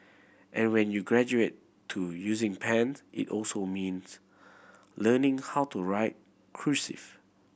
and when you graduate to using pen it also means learning how to write cursive